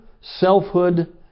selfhood